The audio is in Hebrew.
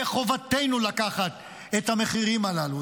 וחובתנו לקחת את המחירים הללו,